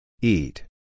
Eat